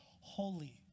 holy